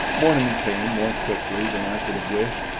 morning came more quickly than i could have wished.